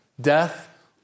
Death